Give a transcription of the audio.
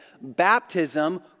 baptism